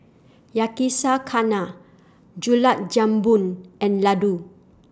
Yakizakana Gulab Jamun and Ladoo